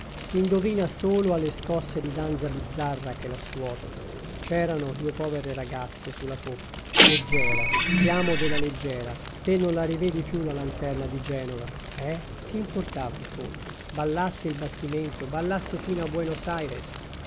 si indovina solo alle scosse di danza bizzarre che la scuotono c'erano due povere ragazze sulla poppa leggera siamo della leggera te non la rivedi più la lanterna di genova eh che importava in fondo ballasse il bastimento ballasse fino a